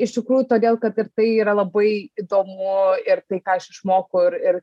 iš tikrųjų todėl kad ir tai yra labai įdomu ir tai ką aš išmokau ir ir